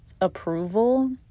approval